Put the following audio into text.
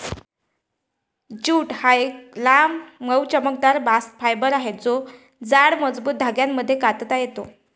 jute हा एक लांब, मऊ, चमकदार बास्ट फायबर आहे जो जाड, मजबूत धाग्यांमध्ये कातता येतो